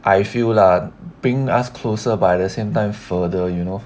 I feel lah bring us closer but the same time further you know